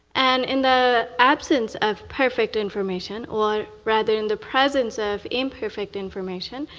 and in the absence of perfect information, or rather in the presence of imperfect information,